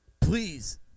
Please